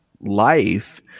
life